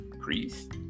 priest